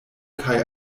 kaj